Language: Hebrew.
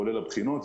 כולל הבחינות.